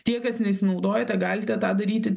tie kas nesinaudojate galite tą daryti